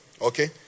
Okay